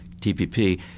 TPP